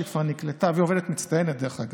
שכבר שנקלטה, דרך אגב,